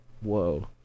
Whoa